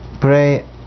pray